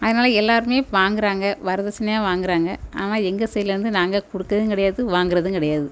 அதனாலே எல்லோருமே வாங்குகிறாங்க வரதட்சணையாக வாங்குகிறாங்க ஆனால் எங்கள் சைட்லேருந்து நாங்கள் கொடுக்குறதும் கிடையாது வாங்குறதும் கிடையாது